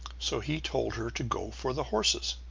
so he told her to go for the horses.